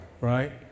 right